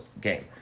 game